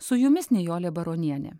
su jumis nijolė baronienė